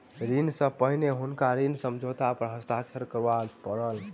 ऋण सॅ पहिने हुनका ऋण समझौता पर हस्ताक्षर करअ पड़लैन